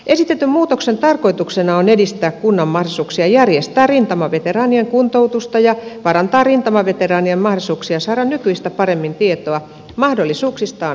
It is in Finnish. esitetyn muutoksen tarkoituksena on edistää kunnan mahdollisuuksia järjestää rintamaveteraanien kuntoutusta ja parantaa rintamaveteraanien mahdollisuuksia saada nykyistä paremmin tietoa mahdollisuuksistaan kuntoutukseen